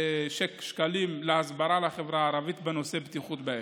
שקלים בהסברה לחברה הערבית בנושא בטיחות באש.